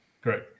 Great